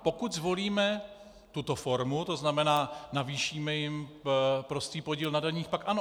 Pokud zvolíme tuto formu, to znamená navýšíme jim prostý podíl na daních, pak ano.